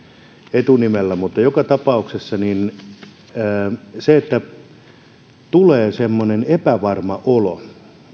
etunimellä joka tapauksessa tulee sellainen epävarma olo